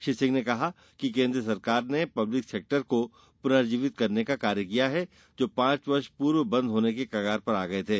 श्री सिंह ने कहा कि केन्द्र सरकार ने पब्लिक सेक्टर को प्रनर्जीवित करने का काम किया है जो पांच वर्ष पूर्व बंद होने के कगार पर आ गये थे